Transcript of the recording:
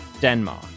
Denmark